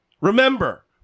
Remember